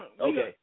Okay